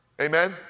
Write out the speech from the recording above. amen